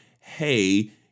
hey